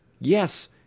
Yes